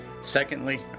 Secondly